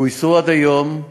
גויסו עד היום,